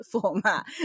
format